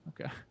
Okay